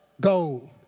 Gold